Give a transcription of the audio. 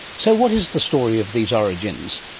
so what is the story of these origins?